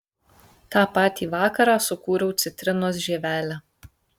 tą patį vakarą sukūriau citrinos žievelę